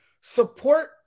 support